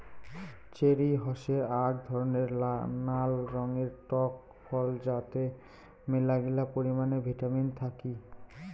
cherry হসে আক ধরণের নাল রঙের টক ফল যাতে মেলাগিলা পরিমানে ভিটামিন থাকি